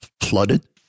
Flooded